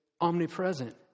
omnipresent